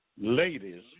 ladies